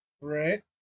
Right